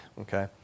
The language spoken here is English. Okay